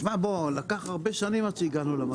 שמע, לקח הרבה שנים עד שהגענו למצב הזה.